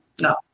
No